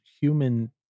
human